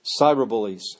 Cyberbullies